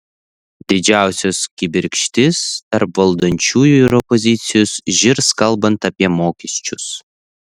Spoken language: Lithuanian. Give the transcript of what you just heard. didžiausios kibirkštys tarp valdančiųjų ir opozicijos žirs kalbant apie mokesčius